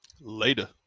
Later